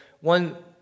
one